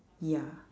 ya